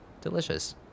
Delicious